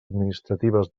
administratives